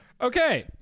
Okay